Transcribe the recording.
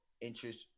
interest